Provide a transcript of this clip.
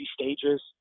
stages